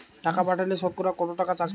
টাকা পাঠালে সতকরা কত টাকা চার্জ কাটবে?